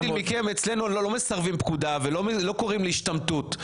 אצלנו לא מסרבים פקודה ולא קוראים להשתמטות.